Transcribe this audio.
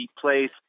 place